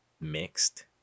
mixed